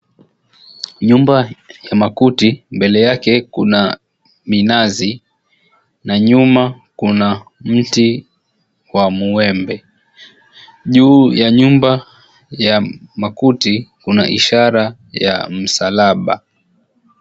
Nyumba ya makuti mbele yake kuna minazi na nyuma kuna mti wa mwembe, juu ya nyumba ya makuti kuna ishara ya msalaba.